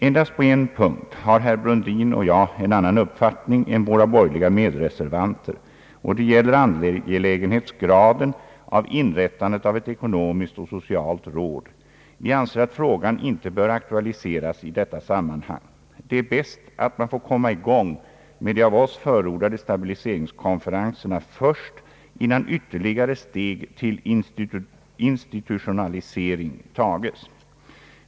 Endast på en punkt har herr Brundin och jag en annan uppfattning än våra borgerliga medreservanter, och det gäller angelägenhetsgraden i fråga om iprättandet av ett ekonomiskt och socialt råd. Vi anser att frågan inte bör aktualiseras i detta sammanhang. Det är bäst att man får komma i gång med de av oss förordade stabiliseringskonferenserna först, innan ytterligare steg mot institutionalisering tages.